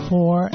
Four